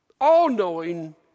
all-knowing